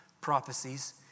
prophecies